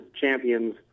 champions